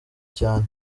cyane